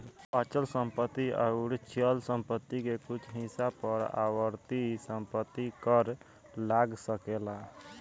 अचल संपत्ति अउर चल संपत्ति के कुछ हिस्सा पर आवर्ती संपत्ति कर लाग सकेला